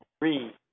three